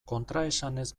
kontraesanez